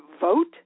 vote